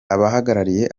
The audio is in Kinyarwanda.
abahagarariye